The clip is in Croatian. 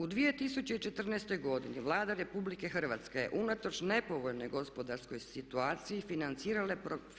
U 2014. godini Vlada RH je unatoč nepovoljnoj gospodarskoj situaciji